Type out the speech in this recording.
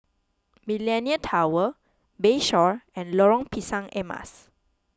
Millenia Tower Bayshore and Lorong Pisang Emas